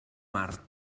mar